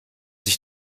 sich